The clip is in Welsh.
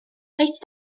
reit